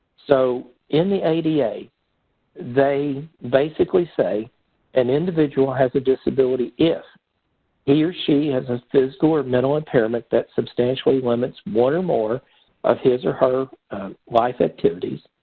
so, in the ada, they basically say an individual has a disability if he or she has a physical or mental impairment that substantially limits one or more of his or her life activities,